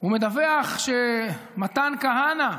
ומדווח שמתן כהנא,